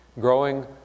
growing